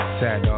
sad